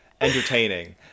Entertaining